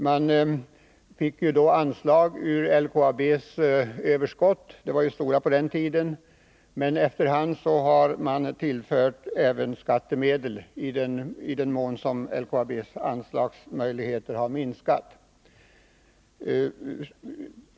Man fick då anslag ur LKAB:s fortsatta verksamöverskott — de var ju stora på den tiden — men efter hand har även het m. m skattemedel tillförts i den mån LKAB:s möjligheter att ge anslag har minskat.